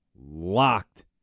locked